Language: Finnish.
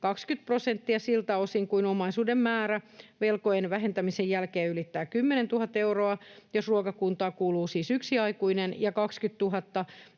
20 prosenttia siltä osin kuin omaisuuden määrä velkojen vähentämisen jälkeen ylittää 10 000 euroa, jos ruokakuntaan kuuluu siis yksi aikuinen, ja 20 000